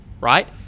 right